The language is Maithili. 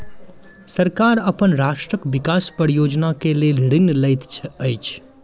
सरकार अपन राष्ट्रक विकास परियोजना के लेल ऋण लैत अछि